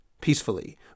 peacefully